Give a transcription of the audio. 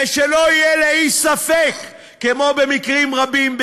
ושלא יהיה לאיש ספק: כמו במקרים רבים,